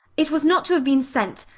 it was not to have been sent.